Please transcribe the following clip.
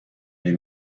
les